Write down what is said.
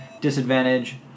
Disadvantage